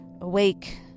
Awake